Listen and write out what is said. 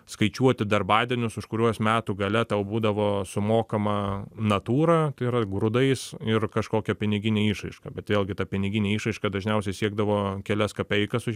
skaičiuoti darbadienius už kuriuos metų gale tau būdavo sumokama natūra tai yra grūdais ir kažkokia pinigine išraiška bet vėlgi ta piniginė išraiška dažniausiai siekdavo kelias kapeikas už